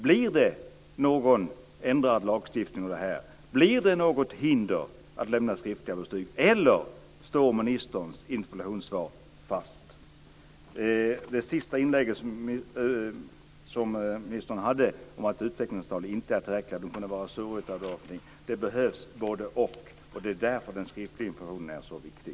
Blir det någon ändrad lagstiftning av detta? Blir det något hinder att lämna skriftliga betyg, eller står ministerns interpellationssvar fast? I sitt inlägg säger ministern att utvecklingssamtalen inte är tillräckliga. Det behövs både-och. Det är därför som den skriftliga informationen är så viktig.